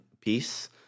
piece